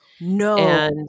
No